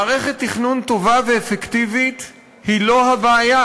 מערכת תכנון טובה ואפקטיבית היא לא הבעיה,